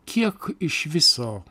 kiek iš viso